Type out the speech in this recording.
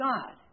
God